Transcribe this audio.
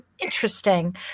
interesting